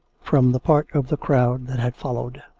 from the part of the crowd that had followed,